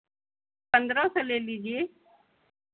पन्द्रह सौ ले लीजिए